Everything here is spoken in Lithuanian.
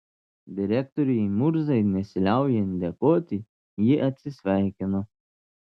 direktoriui murzai nesiliaujant dėkoti ji atsisveikino